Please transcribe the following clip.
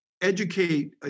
educate